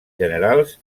generals